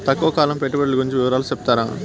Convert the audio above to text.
తక్కువ కాలం పెట్టుబడులు గురించి వివరాలు సెప్తారా?